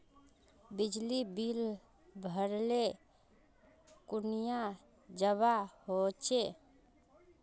बिजली बिल भरले कुनियाँ जवा होचे?